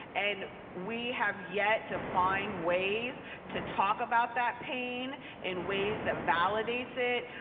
and we have yet to find ways to talk about that pain in ways that validates it,